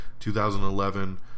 2011